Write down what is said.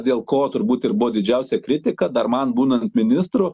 dėl ko turbūt ir buvo didžiausia kritika dar man būnant ministru